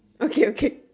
okay okay